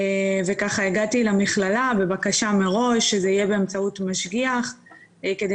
והגעתי למכללה בבקשה מראש שזה יהיה באמצעות משגיח כדי